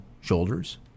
shoulders